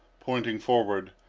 pointing forward,